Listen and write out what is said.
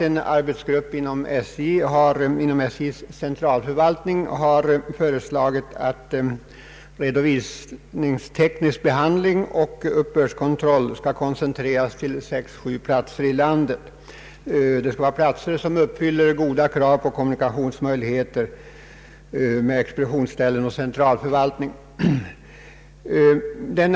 En arbetsgrupp inom SJ:s centralförvaltning har föreslagit att redovisningsteknisk behandling och uppbördskontroll skall koncentreras till sex å sju platser i landet. Det skall vara platser som uppfyller krav på kommunikationsmöjligheter med expeditionsställen och centralförvaltning.